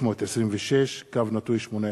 פ/4326/18.